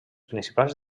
principals